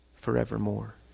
forevermore